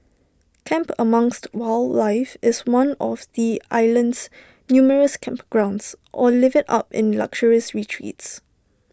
camp amongst wildlife in one of the island's numerous campgrounds or live IT up in luxurious retreats